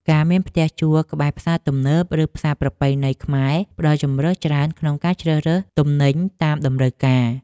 ការមានផ្ទះជួលក្បែរផ្សារទំនើប ឬផ្សារប្រពៃណីខ្មែរផ្តល់ជម្រើសច្រើនក្នុងការជ្រើសរើសទំនិញតាមតម្រូវការ។